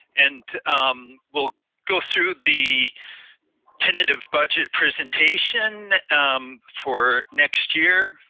and um we'll go through the tentative budget presentation um for next year.